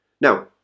Now